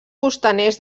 costaners